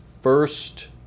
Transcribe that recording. first